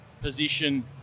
position